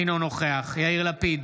אינו נוכח יאיר לפיד,